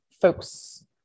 folks